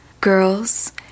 Girls